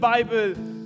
Bible